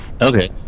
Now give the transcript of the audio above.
Okay